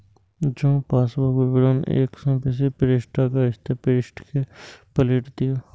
जौं पासबुक विवरण एक सं बेसी पृष्ठक अछि, ते पृष्ठ कें पलटि दियौ